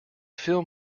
film